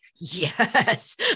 yes